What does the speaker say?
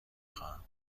خواهم